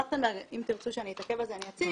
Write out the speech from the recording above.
טרכטנברג, אם תרצו שאני אתעכב על זה אני אציג.